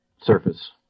surface